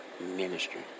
ministry